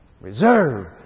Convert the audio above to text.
Reserve